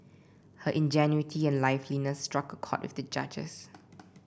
her ingenuity and liveliness struck a chord with the judges